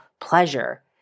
pleasure